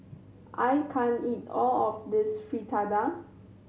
I can't eat all of this Fritada